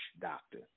doctor